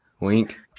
Wink